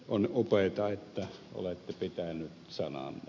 on upeata että olette pitänyt sananne